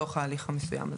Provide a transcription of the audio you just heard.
לצורך ההליך המסוים הזה.